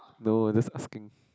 no I'm just asking